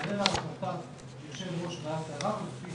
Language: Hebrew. מאמינה שאנחנו נמצא הרבה מאוד מה לעשות.